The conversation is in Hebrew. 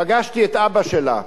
פגשתי את אבא שלה.